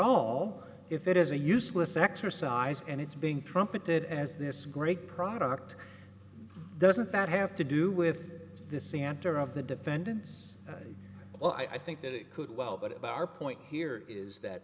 all if it is a useless exercise and it's being trumpeted as this great product doesn't that have to do with this santer of the defendants well i think that it could well but our point here is that